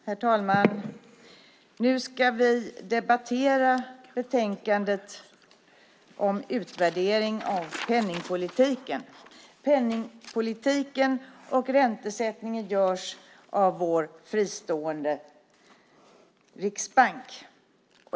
Herr talman! Nu ska vi debattera betänkandet om utvärdering av penningpolitiken. Penningpolitiken och räntesättningen görs av vår fristående riksbank.